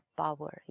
power